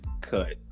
cut